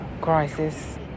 crisis